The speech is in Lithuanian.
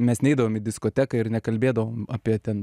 mes neidavom į diskoteką ir nekalbėdavome apie ten